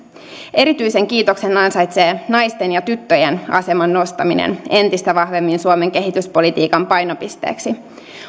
erityisen kiitoksen ansaitsee naisten ja tyttöjen aseman nostaminen entistä vahvemmin suomen kehityspolitiikan painopisteeksi